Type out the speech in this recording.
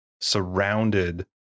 surrounded